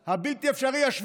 (אומר בערבית ומתרגם:) הבלתי-אפשרי השביעי.